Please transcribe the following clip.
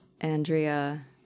Andrea